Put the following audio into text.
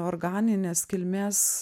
organinės kilmės